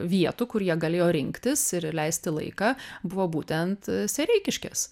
vietų kur jie galėjo rinktis ir leisti laiką buvo būtent sereikiškės